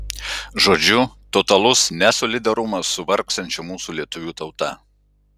žodžiu totalus nesolidarumas su vargstančia mūsų lietuvių tauta